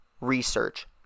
research